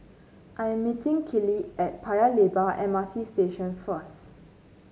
I'm meeting Kiley at Paya Lebar M R T Station first